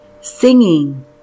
singing